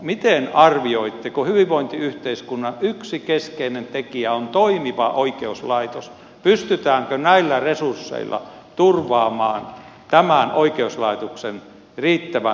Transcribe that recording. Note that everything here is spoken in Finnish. kun hyvinvointiyhteiskunnan yksi keskeinen tekijä on toimiva oikeuslaitos miten arvioitte pystytäänkö näillä resursseilla turvaamaan tämän oikeuslaitoksen riittävän hyvä toiminta